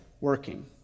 working